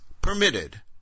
permitted